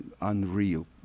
unreal